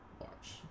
watch